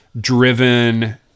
driven